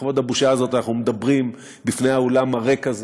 לכבוד הבושה הזאת אנחנו מדברים לפני האולם הריק הזה,